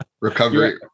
Recovery